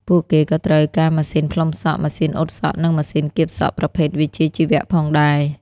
ពួកគេក៏ត្រូវការម៉ាស៊ីនផ្លុំសក់ ម៉ាស៊ីនអ៊ុតសក់ និងម៉ាស៊ីនគៀបសក់ប្រភេទវិជ្ជាជីវៈផងដែរ។